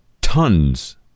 tons